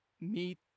meet